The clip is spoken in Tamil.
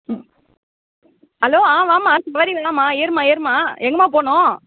ம் ஹலோ ஆ வாம்மா சவாரி வாம்மா ஏறும்மா ஏறும்மா எங்கேம்மா போணும்